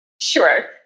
Sure